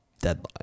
deadline